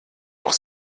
auch